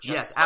Yes